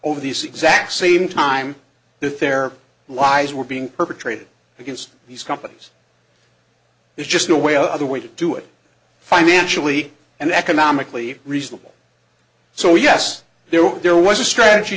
over these exact same time if their lies were being perpetrated against these companies there's just no way other way to do it financially and economically reasonable so yes there were there was a strategy